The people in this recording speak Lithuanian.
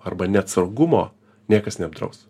arba neatsargumo niekas neapdraus